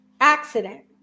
accident